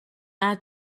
add